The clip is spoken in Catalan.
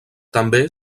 també